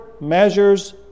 measures